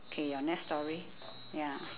okay your next story ya